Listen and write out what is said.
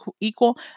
equal